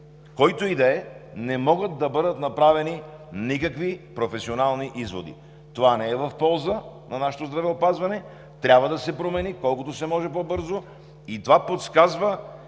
който и да е, не могат да бъдат направени никакви професионални изводи. Това не е в полза на нашето здравеопазване. Трябва колкото се може по-бързо да се